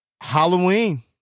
Halloween